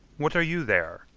what are you there?